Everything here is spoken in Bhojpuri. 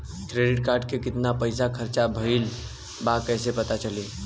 क्रेडिट कार्ड के कितना पइसा खर्चा भईल बा कैसे पता चली?